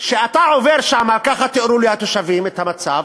שאתה עובר שם, ככה תיארו לי התושבים את המצב,